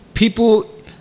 People